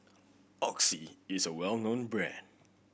Oxy is a well known brand